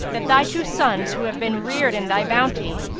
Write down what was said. that thy two sons, who have been reared in thy bounty,